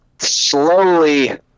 slowly